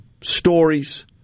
stories